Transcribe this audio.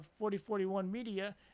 4041media